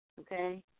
Okay